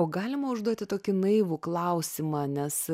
o galima užduoti tokį naivų klausimą nes